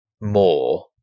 more